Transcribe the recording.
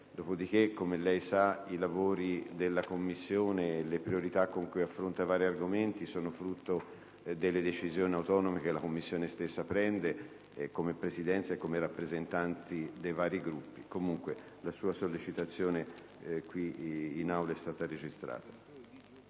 dopodiché, come lei sa, i lavori della Commissione e le priorità con cui affronterà i vari argomenti sono frutto delle decisioni autonome che la Commissione stessa prende come Presidenza e come rappresentanti dei vari Gruppi. Comunque, la sua sollecitazione in Aula è stata registrata.